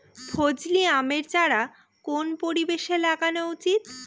ফজলি আমের চারা কোন পরিবেশে লাগানো উচিৎ?